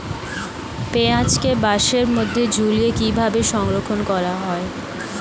পেঁয়াজকে বাসের মধ্যে ঝুলিয়ে কিভাবে সংরক্ষণ করা হয়?